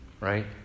right